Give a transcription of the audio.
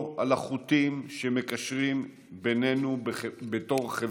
על החוטים שמקשרים בינינו בתור חברה.